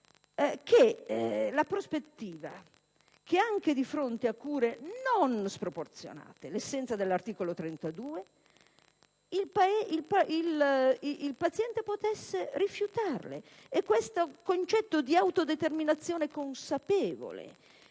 la prospettiva che, anche di fronte a cure non sproporzionate (l'essenza dell'articolo 32 della Costituzione), il paziente potesse rifiutarle. Questo concetto di autodeterminazione consapevole